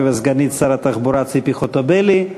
ולסגנית שר התחבורה ציפי חוטובלי.